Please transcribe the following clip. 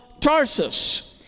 Tarsus